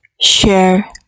share